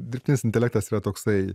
dirbtinis intelektas yra toksai